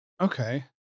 Okay